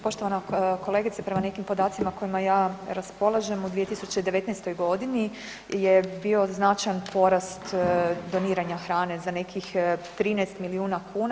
Poštovana kolegice, prema nekim podacima kojima ja raspolažem u 2019. godini je bio značajan porast doniranja hrane za nekih 13 milijuna kuna.